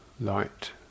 Light